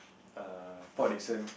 err Port Dickson